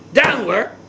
downward